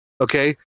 Okay